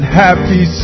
happy